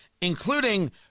including